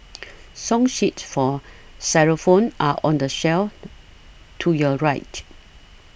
song sheets for xylophones are on the shelf to your right